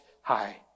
high